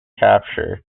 capture